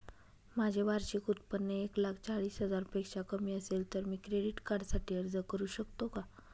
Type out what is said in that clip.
माझे वार्षिक उत्त्पन्न एक लाख चाळीस हजार पेक्षा कमी असेल तर मी क्रेडिट कार्डसाठी अर्ज करु शकतो का?